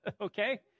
Okay